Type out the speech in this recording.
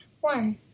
One